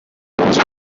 most